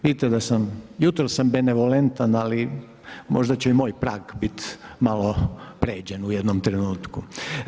Vidite da sam, jutros sam benevolentan ali možda će i moj prag biti malo pređen u jednom trenutku.